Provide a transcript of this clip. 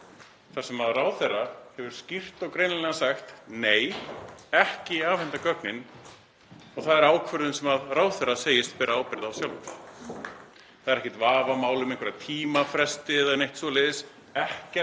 þar sem ráðherra hefur skýrt og greinilega sagt: Nei, ekki afhenda gögnin. Það er ákvörðun sem ráðherra segist bera ábyrgð á sjálfur. Það er ekkert vafamál um einhverja tímafresti eða neitt svoleiðis, ekkert